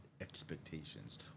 expectations